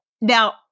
Now